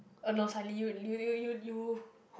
oh no suddenly you you you you